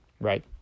right